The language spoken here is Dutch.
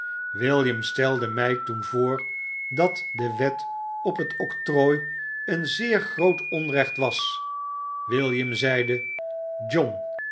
william stelde my toen voor dat de wet op het obtrooi een zeer groot onrecht was william zeide john